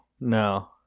no